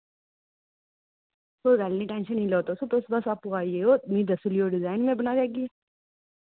कोई गल्ल नि टैंशन नि लाओ तुस तुस बस आप्पू आई जायो मि दस्सी लैओ डिजाइन मैं बनाई लेगी